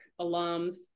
alums